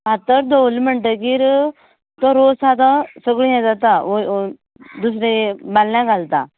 फातर दवरले म्हणटकीर तो रोस हा तो सगळे हे जाता दुसरे बादल्या घालता